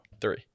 Three